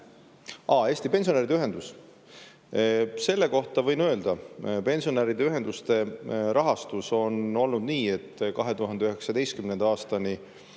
Aa, Eesti pensionäride ühendus. Selle kohta võin öelda, et pensionäride ühenduste rahastus on olnud nii, et 2019. aastani